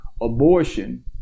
Abortion